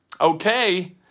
Okay